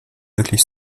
wirklich